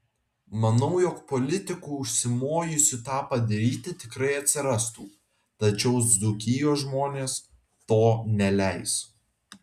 manau jog politikų užsimojusių tą padaryti tikrai atsirastų tačiau dzūkijos žmonės to neleis